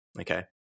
okay